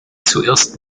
zuerst